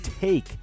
take